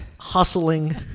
hustling